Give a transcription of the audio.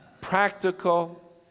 Practical